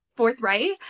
forthright